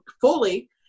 fully